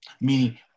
Meaning